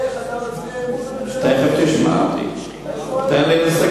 איך אתה תומך בקואליציה?